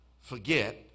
forget